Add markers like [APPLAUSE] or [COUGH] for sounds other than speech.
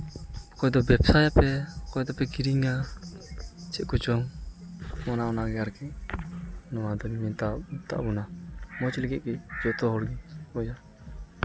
ᱚᱠᱚᱭᱫᱚ ᱵᱮᱵᱽᱥᱟᱭᱟᱯᱮ ᱚᱠᱚᱭ ᱫᱚᱯᱮ ᱠᱤᱨᱤᱧᱟ ᱪᱮᱫ ᱠᱚᱪᱚᱝ ᱚᱱᱟ ᱚᱱᱟᱜᱮ ᱟᱨᱠᱤ ᱱᱚᱣᱟᱫᱚ ᱢᱮᱛᱟᱜ ᱵᱚᱱᱟ ᱢᱚᱡᱽ ᱞᱟᱹᱜᱤᱫ ᱜᱮ ᱡᱚᱛᱚ ᱦᱚᱲ ᱜᱮ [UNINTELLIGIBLE]